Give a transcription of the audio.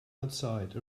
outside